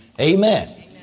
Amen